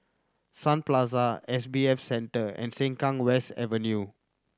Sun Plaza S B F Center and Sengkang West Avenue